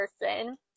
person